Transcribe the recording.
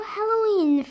Halloween